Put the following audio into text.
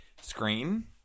screen